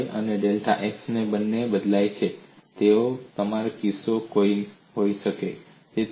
delta Y અને delta x બંને બદલાય છે તેવો તમારો કિસ્સો હોઈ શકે છે